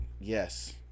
yes